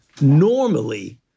Normally